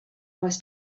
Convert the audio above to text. was